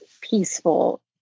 peaceful